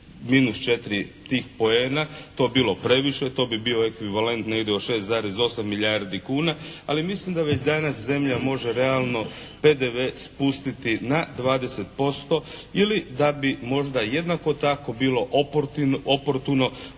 minus 4 tih poena to bilo previše, to bi bio ekvivalent negdje od 6,8 milijardi kuna, ali mislim da već danas zemlja može realno PDV spustiti na 20% ili da bi možda jednako tako bilo oportuno